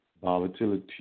volatility